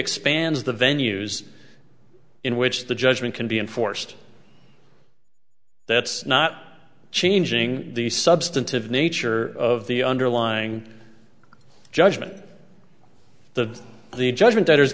expands the venues in which the judgment can be enforced that's not changing the substantive nature of the underlying judgment the the judgment